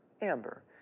Amber